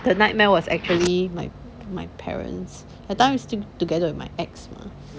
the nightmare was actually my my parents that time I still together with my ex mah